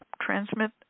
transmit